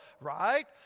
right